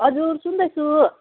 हजुर सुन्दैछु